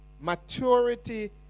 Maturity